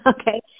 okay